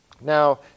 Now